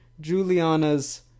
Juliana's